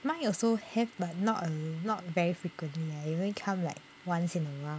mine also have but not a lo~ not very frequently lah it only come like once in awhile